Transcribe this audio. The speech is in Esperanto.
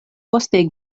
poste